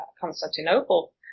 Constantinople